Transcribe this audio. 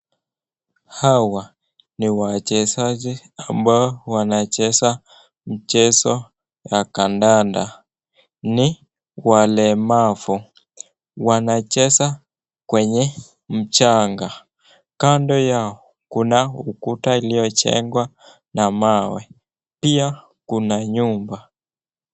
Hawa ni wachezaji ambao wanacheza mchezo wa kandanda ni walemavu wanacheza kwenye mchanga. Kando yao kuna ukuta iliyojengwa na mawe pia kuna nyumba.